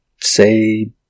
say